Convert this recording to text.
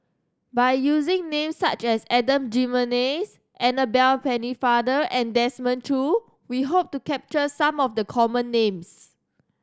by using names such as Adan Jimenez Annabel Pennefather and Desmond Choo we hope to capture some of the common names